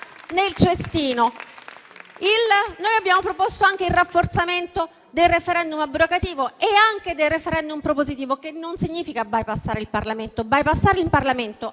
Noi abbiamo proposto anche il rafforzamento del *referendum* abrogativo e anche del *referendum* propositivo, che non significa bypassare il Parlamento, perché bypassare il Parlamento,